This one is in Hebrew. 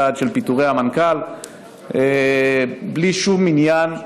צעד של פיטורי המנכ"ל בלי שום עניין,